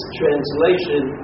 translation